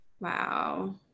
wow